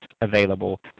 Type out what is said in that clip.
available